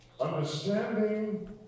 Understanding